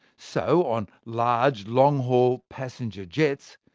so on large long-haul passenger jets,